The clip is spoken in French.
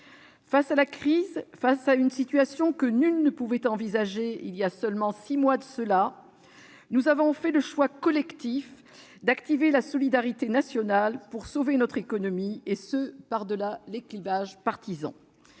Face à la crise, face à une situation que nul ne pouvait envisager il y a seulement six mois de cela, nous avons fait le choix collectif d'activer la solidarité nationale pour sauver notre économie, et ce par-delà les clivages partisans.